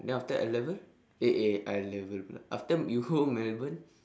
then after N-level eh eh N-level pula after you go Melbourne